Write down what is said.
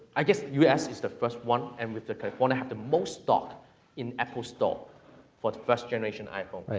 i guess u s. is the first one, and with the california, have the most stock in apple stock for the first generation iphone. right,